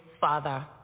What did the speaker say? father